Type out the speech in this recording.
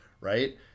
right